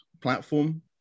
platform